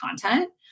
content